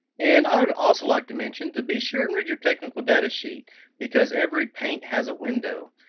and i would also like to mention to be sure and read your technical datasheet because every paint has a window.